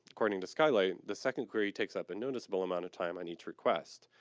according to skylight, the second query takes up a noticeable amount of time i need to request.